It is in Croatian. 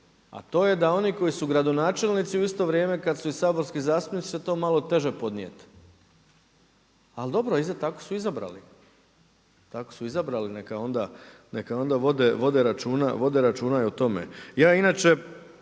a to je da oni koji su gradonačelnici u isto vrijeme kad su i saborski zastupnici će to malo teže podnijeti. Ali dobro, tako su izabrali. Neka onda vode računa i o tome. Ja inače